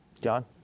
John